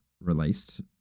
released